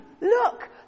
Look